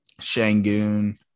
Shangoon